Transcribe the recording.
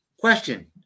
question